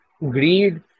Greed